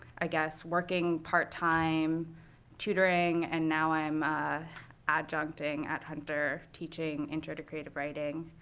i guess working part time tutoring, and now i'm adjuncting at hunter teaching intro to creative writing.